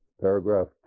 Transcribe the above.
Paragraph